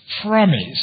promise